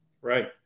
Right